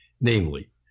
Namely